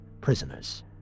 prisoners